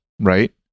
right